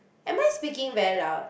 am I speaking very loud